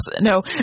no